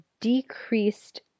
decreased